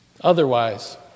otherwise